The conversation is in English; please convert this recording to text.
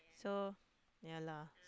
so yeah lah